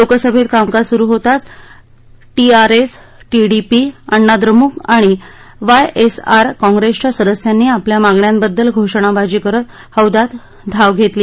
लोकसभेत कामकाज सुरू होताच टीआरएस टीडीपी अण्णा द्रमुक आणि वायएसआर काँप्रेसच्या सदस्यांनी आपल्या मागण्यांबद्दल घोषणाबाजी करत हौद्यात धाव घेतली